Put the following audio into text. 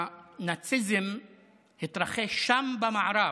הנאציזם התרחש שם, במערב,